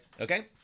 Okay